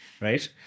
right